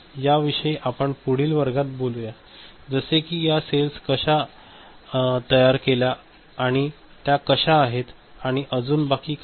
याविषयी आपण पुढील वर्गात बोलूया जसे कि या सेल्स कशा तयार केल्या आणि त्या कशा आहेत आणि अजून बाकी काही